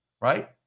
right